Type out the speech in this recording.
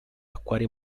acquari